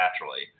naturally